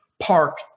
park